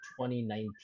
2019